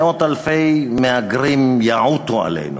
מאות אלפי מהגרים יעוטו עלינו.